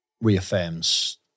reaffirms